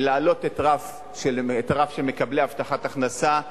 להעלות את הרף של מקבלי הבטחת הכנסה.